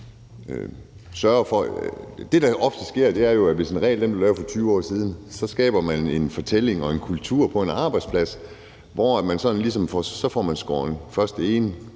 Det, der ofte sker, er jo, at hvis en regel blev lavet for 20 år siden, skaber man en fortælling og en kultur på en arbejdsplads, hvor man sådan ligesom først får skåret den ene